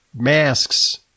masks